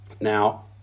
Now